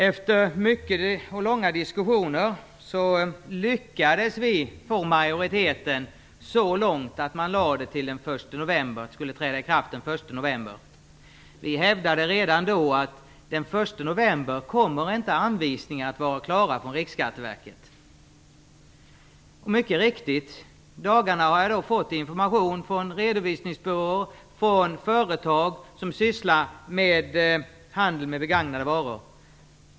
Efter många och långa diskussioner lyckades vi få majoriteten så långt att den gick med på att det skulle träda i kraft den 1 november. Vi hävdade redan då att anvisningarna från Riksskatteverket inte kommer att vara klara den 1 november. Mycket riktigt har jag fått information från redovisningsbyråer och från företag som sysslar med handeln med begagnade varor.